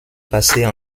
passer